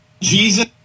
Jesus